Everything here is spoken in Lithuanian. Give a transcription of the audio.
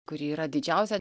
kuri yra didžiausia